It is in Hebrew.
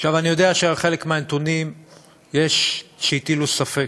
עכשיו, אני יודע שבחלק מהנתונים יש שהטילו ספק.